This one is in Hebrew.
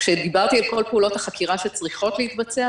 כשדיברתי על כל פעולות החקירה שצריכות להתבצע,